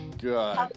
good